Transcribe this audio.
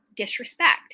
disrespect